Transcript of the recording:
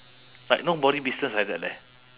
like nobody business like that leh